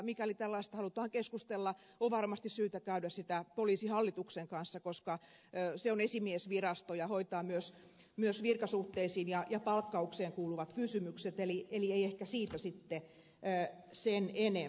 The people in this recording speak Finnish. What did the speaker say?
mikäli tällaisesta halutaan keskustella on varmasti syytä käydä sitä poliisihallituksen kanssa koska se on esimiesvirasto ja hoitaa myös virkasuhteisiin ja palkkaukseen kuuluvat kysymykset eli ei ehkä siitä sitten sen enempää